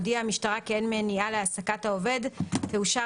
הודיעה המשטרה כי אין מניעה להעסקת העובד תאושר